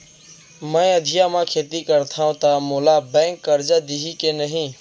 मैं अधिया म खेती करथंव त मोला बैंक करजा दिही के नही?